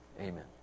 Amen